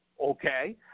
Okay